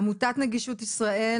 עמותת נגישות ישראל,